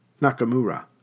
Nakamura